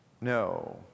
No